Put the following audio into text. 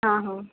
ହଁ ହଁ